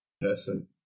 person